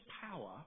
power